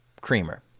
Creamer